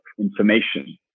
information